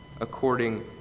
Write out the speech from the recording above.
according